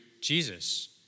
Jesus